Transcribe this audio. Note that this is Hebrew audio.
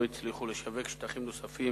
לא הצליחו לשווק שטחים נוספים